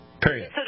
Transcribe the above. Period